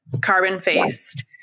carbon-faced